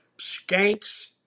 skanks